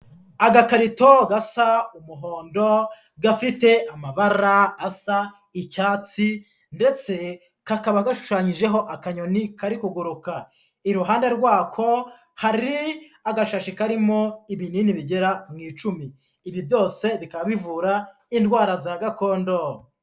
Agakarito gasa umuhondo, gafite amabara asa icyatsi, ndetse kakaba gashushanyijeho akanyoni kari kuguruka. Iruhande rwako hari agashashi karimo ibinini bigera mu icumi, ibi byose bikaba bivura indwara za gakondo.